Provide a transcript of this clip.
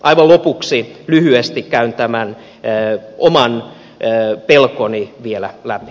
aivan lopuksi lyhyesti käyn tämän oman pelkoni vielä läpi